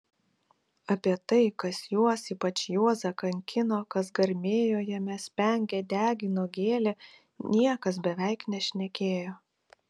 apie tai kas juos ypač juozą kankino kas garmėjo jame spengė degino gėlė niekas beveik nešnekėjo